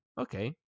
Okay